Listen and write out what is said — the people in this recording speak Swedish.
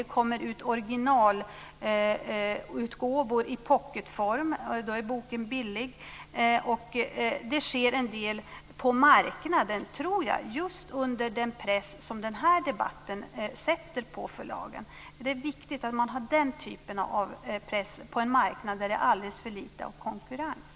Det kommer ut originalutgåvor i pocketform. Då är boken billig. Det sker en del på marknaden just under den press som denna debatt sätter på förlagen. Det är viktigt att ha den typen av press på en marknad där det är alldeles för lite konkurrens.